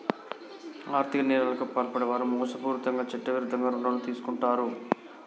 ఆర్ధిక నేరాలకు పాల్పడే వారు మోసపూరితంగా చట్టవిరుద్ధంగా రుణాలు తీసుకుంటరు